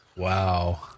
Wow